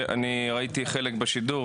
ראשון לציון.